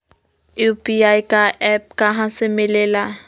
UPI का app कहा से मिलेला?